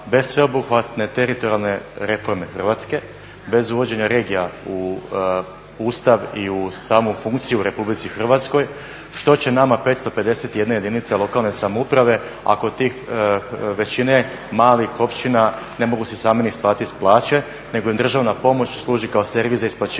bez sveobuhvatne teritorijalne reforme Hrvatske, bez uvođenja regija u Ustav i u samu funkciju u Republici Hrvatskoj što će nama 551 jedinica lokalne samouprave ako tih većine malih općina ne mogu si sami ni isplatit plaće, nego im državna pomoć služi kao servis za isplaćivanje